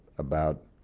about